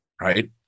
right